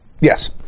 Yes